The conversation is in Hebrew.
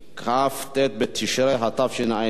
כ"ט בתשרי התשע"ג,